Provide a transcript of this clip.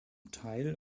teil